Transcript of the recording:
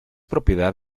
propiedad